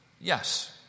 yes